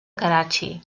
karachi